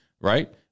Right